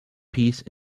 peace